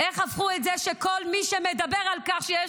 איך הפכו את זה שכל מי שמדבר על כך שיש